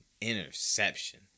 interception